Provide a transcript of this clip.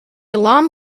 alarm